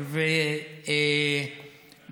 הוא מקדש.